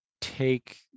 take